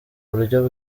buryo